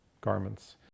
garments